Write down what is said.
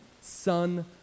son